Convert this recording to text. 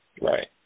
Right